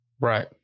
Right